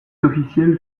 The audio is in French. officielle